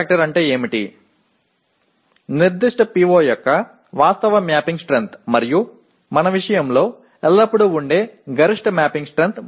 அந்த குறிப்பிட்ட PO இன் உண்மையான கோப்பிட்ட வலிமை மற்றும் அதிகபட்ச கோப்பிட்ட வலிமை இது எப்போதும் 3 ஆகும்